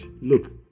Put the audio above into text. Look